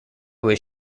was